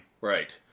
Right